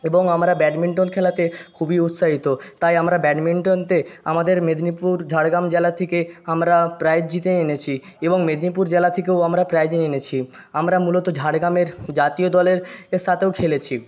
এবং আমরা ব্যাডমিন্টন খেলাতে খুবই উৎসাহিত তাই আমরা ব্যাডমিন্টনতে আমাদের মেদনীপুর ঝাড়গ্রাম জেলার থেকে আমরা প্রাইজ জিতে এনেছি এবং মেদিনীপুর জেলা থেকেও আমরা প্রাইজ এনেছি আমরা মূলত ঝাড়গ্রামের জাতীয় দলের এ সাথেও খেলেছি